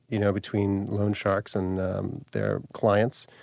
you know, between loan sharks and their clients,